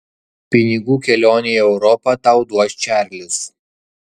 pinigų kelionei į europą tau duos čarlis